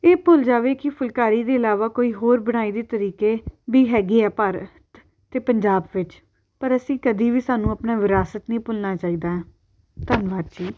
ਇਹ ਭੁੱਲ ਜਾਵੇ ਕਿ ਫੁਲਕਾਰੀ ਦੇ ਇਲਾਵਾ ਕੋਈ ਹੋਰ ਬੁਣਾਈ ਦੀ ਤਰੀਕੇ ਵੀ ਹੈਗੇ ਆ ਭਾਰਤ ਅਤੇ ਪੰਜਾਬ ਵਿੱਚ ਪਰ ਅਸੀਂ ਕਦੇ ਵੀ ਸਾਨੂੰ ਆਪਣਾ ਵਿਰਾਸਤ ਨਹੀਂ ਭੁੱਲਣਾ ਚਾਹੀਦਾ ਹੈ ਧੰਨਵਾਦ ਜੀ